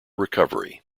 recovery